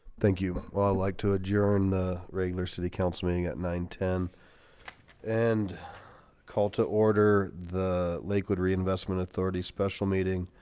thank you. well, i like to adjourn the regular city council meeting at nine ten and call to order the lakewood reinvestment authority's special meeting